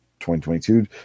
2022